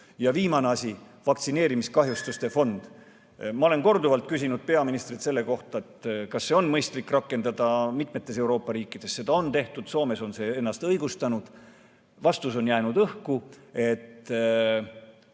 Viimane asi, vaktsineerimiskahjustuste fond. Ma olen korduvalt küsinud peaministrilt selle kohta, kas seda on mõistlik rakendada. Mitmetes Euroopa riikides seda on tehtud, Soomes on see ennast õigustanud. Vastus on jäänud õhku: